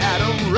Adam